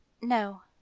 No